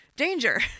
danger